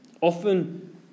often